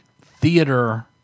theater